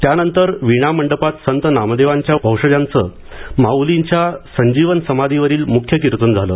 त्यानंतर वीणा मंडपात संत नामदेवांच्या वंशजांचं माउलींच्या संजीवन समाधीवरील मुख्य कीर्तन झालं